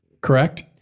Correct